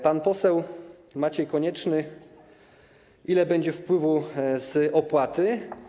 Pan poseł Maciej Konieczny pytał, ile będzie wpływu z opłaty.